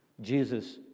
Jesus